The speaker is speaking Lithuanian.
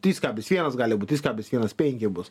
trys kablis vienas gali būt trys kablis vienas penki bus